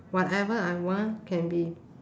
whatever I want can be